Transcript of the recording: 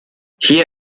hier